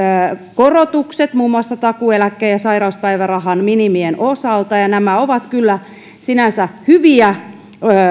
korotukset muun muassa takuueläkkeen ja sairauspäivärahan minimien osalta ja nämä ovat kyllä sinänsä hyviä